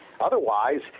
Otherwise